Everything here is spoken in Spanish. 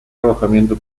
alojamiento